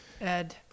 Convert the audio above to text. Ed